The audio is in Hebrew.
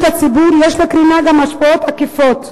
הציבור יש לקרינה גם השפעות עקיפות: